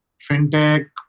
fintech